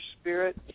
spirit